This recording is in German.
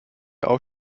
auch